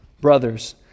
brothers